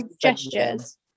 gestures